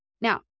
Now